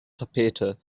tapete